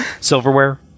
Silverware